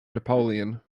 napoleon